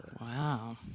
Wow